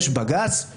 יש בג"ץ.